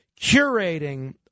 curating